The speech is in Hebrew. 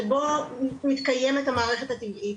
שבו מתקיימת המערכת הטבעית,